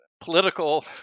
political